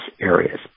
areas